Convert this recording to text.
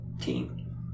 team